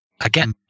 Again